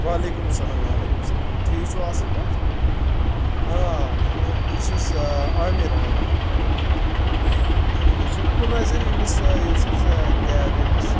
وعلیکُم سَلام وعلیکُم سَلام ٹھیٖک چھُ اَصٕل پٲٹھۍ آ بہٕ چھُس آمِر آمِر آ تُہۍ چھُ نہ مُناظر ییٚمِس یُس حظ کیب ییٚمِس چھِ